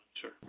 Sure